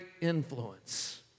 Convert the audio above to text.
influence